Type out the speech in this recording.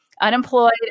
unemployed